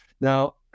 Now